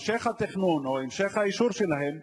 המשך התכנון או המשך האישור שלהם,